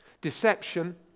Deception